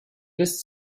bis